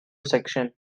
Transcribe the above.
section